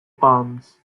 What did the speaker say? palms